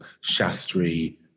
Shastri